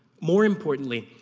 more importantly,